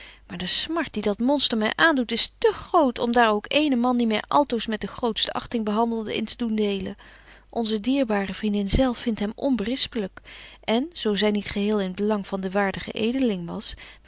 maar de smart die dat monster my aandoet is te groot om daar ook eenen man die my altoos met de grootste achting behandelde in te doen delen onze dierbare vriendin zelf vindt hem onberispelyk en zo zy niet geheel in het belang van den waardigen edeling was